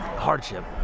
hardship